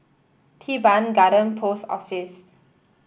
Teban Garden Post Office